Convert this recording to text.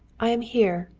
i am here,